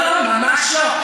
לא לא לא, ממש לא.